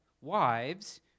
wives